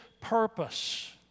purpose